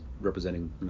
representing